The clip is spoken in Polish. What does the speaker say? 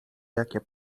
jakie